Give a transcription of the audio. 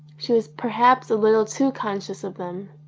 she was perhaps a little too con scious of them.